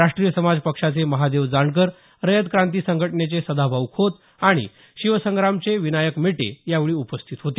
राष्ट्रीय समाज पक्षाचे महादेव जानकर रयत क्रांती संघटनेचे सदाभाऊ खोत आणि शिवसंग्रामचे विनायक मेटे यावेळी उपस्थित होते